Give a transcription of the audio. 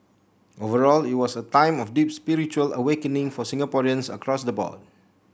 overall it was a time of deep spiritual awakening for Singaporeans across the board